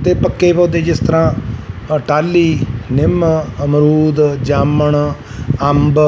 ਅਤੇ ਪੱਕੇ ਪੌਦੇ ਜਿਸ ਤਰ੍ਹਾਂ ਟਾਹਲੀ ਨਿੰਮ ਅਮਰੂਦ ਜਾਮਣ ਅੰਬ